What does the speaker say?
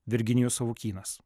virginijus savukynas